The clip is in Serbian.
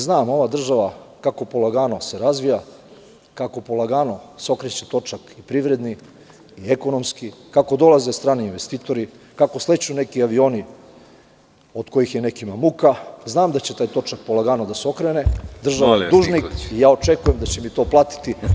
Znam da ova država kako se polagano razvija i polagano se okreće točak privredni i ekonomski, kako dolaze strani investitori i sleću neki avioni od kojih je nekima muka, znam da će taj točak polagano da se okrene. (Predsedavajući: Molim vas.) Očekujem da će mi to platiti.